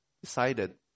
decided